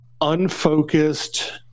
unfocused